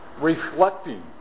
Reflecting